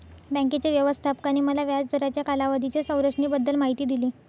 बँकेच्या व्यवस्थापकाने मला व्याज दराच्या कालावधीच्या संरचनेबद्दल माहिती दिली